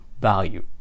value